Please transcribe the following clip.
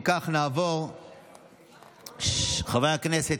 חברי הכנסת,